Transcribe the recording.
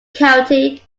county